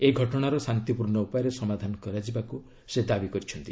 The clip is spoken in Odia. ଏହି ଘଟଣାର ଶାନ୍ତିପୂର୍ଣ୍ଣ ଉପାୟରେ ସମାଧାନ କରାଯିବାକୁ ସେ ଦାବି କରିଛନ୍ତି